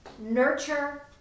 Nurture